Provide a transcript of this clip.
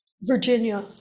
virginia